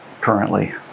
currently